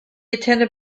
attended